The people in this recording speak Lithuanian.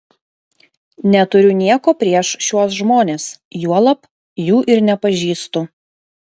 neturiu nieko prieš šiuos žmones juolab jų ir nepažįstu